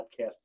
podcast